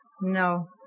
No